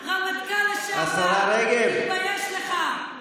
רמטכ"ל לשעבר, תתבייש לך.